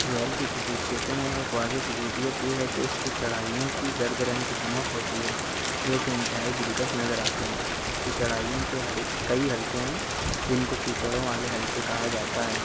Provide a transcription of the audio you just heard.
زحل کی خصوصیتوں میں ایک واضح خصوصیت یہ کہ اس کی چڑھائیوں کی زرد رنگ کی چمک ہوتی ہے کیونکہ انتہائی دلکش نظر آتی ہے اس کی چڑھائیوں کے حل کئی حلقے ہیں جن کو کیچڑوں والے حلقے کہا جاتا ہے